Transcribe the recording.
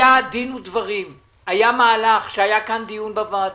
היה דין ודברים, היה כאן מהלך שהיה כאן בוועדה.